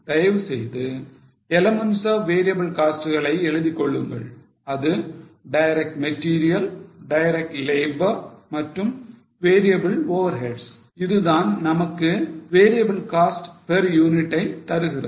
தயவு செய்து elements of variable cost களை எழுதிக்கொள்ளுங்கள் அது DM DL மற்றும் variable overheads இதுதான் நமக்கு variable cost per unit ஐ தருகிறது